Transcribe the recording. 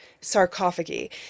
sarcophagi